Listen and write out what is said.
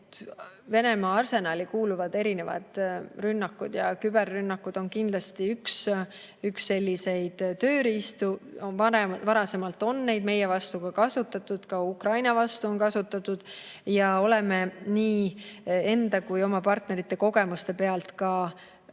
Venemaa arsenali kuuluvad erinevad rünnakud ja küberrünnakud on kindlasti üks selliseid tööriistu. Varasemalt on neid meie vastu ka kasutatud, samuti Ukraina vastu on kasutatud ja me oleme nii enda kui oma partnerite kogemuste pealt õppinud. Paar